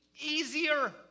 easier